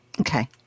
Okay